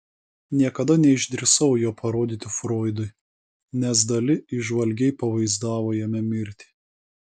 niekada neišdrįsau jo parodyti froidui nes dali įžvalgiai pavaizdavo jame mirtį